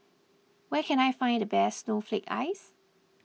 where can I find the best Snowflake Ice